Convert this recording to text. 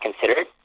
considered